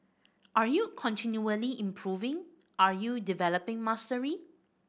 are you continually improving are you developing mastery